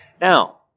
Now